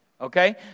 Okay